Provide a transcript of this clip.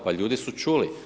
Pa ljudi su čuli.